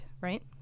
right